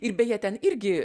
ir beje ten irgi